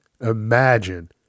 imagine